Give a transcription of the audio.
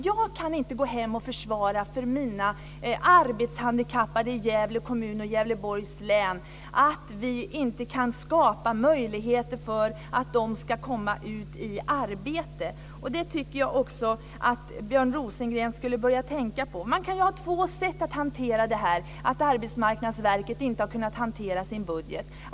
Jag kan inte åka hem och försvara mig inför de arbetshandikappade i Gävle kommun och Gävleborgs län att vi inte kan skapa möjligheter för att de ska komma ut i arbete. Det borde också Björn Rosengren tänka på. Man kan ha två sätt att handskas med detta att Arbetsmarknadsverket inte har kunnat hantera sin budget.